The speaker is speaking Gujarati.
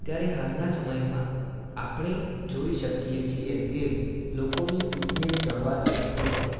અત્યારે હાલના સમયમાં આપણે જોઈ શકીએ છીએ કે લોકોની ફિટનેસ જળવાતી નથી હોતી